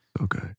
Okay